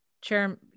chair